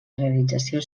realització